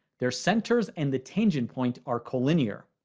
their centers and the tangent points are collinear.